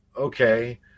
Okay